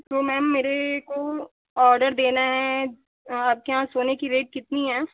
तो मैम मेरे को ऑर्डर देना है आपके यहाँ सोने की रेट कितनी है